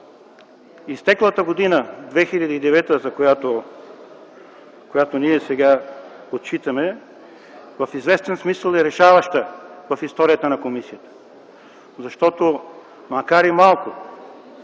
изтеклата 2009 г., която сега отчитаме, в известен смисъл е решаваща в историята на комисията, защото, макар и малко